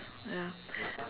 ya